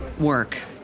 work